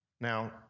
Now